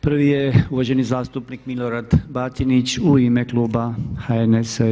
Prvi je uvaženi zastupnik Milorad Batinić u ime kluba HNS-a.